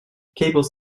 cables